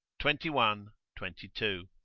twenty one, twenty two.